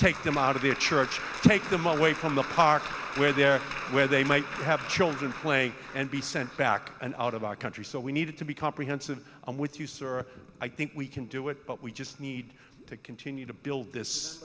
take them out of their church take them away from the park where there where they might have children to play and be sent back and out of our country so we need to be comprehensive i'm with you sir i think we can do it but we just need to continue to build this